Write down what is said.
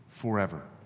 forever